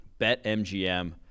BetMGM